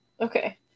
Okay